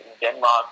Denmark